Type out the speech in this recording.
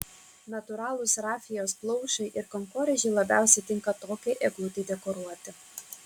natūralūs rafijos plaušai ir kankorėžiai labiausiai tinka tokiai eglutei dekoruoti